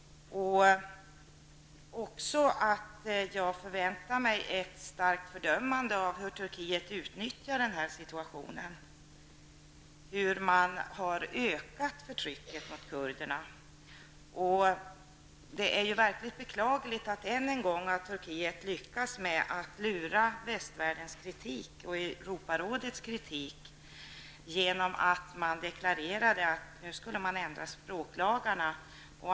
Jag förväntar mig ett starkt fördömande av hur Turkiet utnyttar situationen. Man har där ökat förtrycket mot kurderna. Det är verkligen beklagligt att Turkiet än en gång har lyckats med att lura västvärldens kritik och Europarådets kritik genom att deklarera att språklagarna skall ändras.